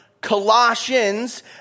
Colossians